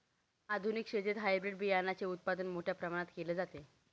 आधुनिक शेतीत हायब्रिड बियाणाचे उत्पादन मोठ्या प्रमाणात केले जाते